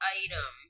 item